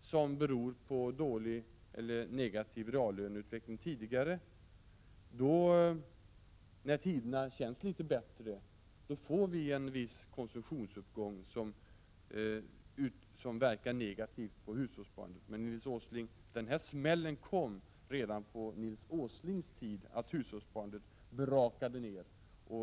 som beror på en tidigare dålig eller negativ reallöneutveckling, och när tiderna blir litet bättre får vi en viss konsumtionsuppgång som verkar negativt på hushållssparandet. Men, Nils Åsling, den här smällen, då hushållssparandet brakade ihop, gick ner kraftigt, kom redan på er tid.